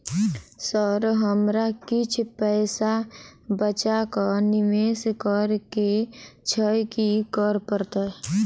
Sir हमरा किछ पैसा बचा कऽ निवेश करऽ केँ छैय की करऽ परतै?